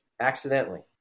accidentally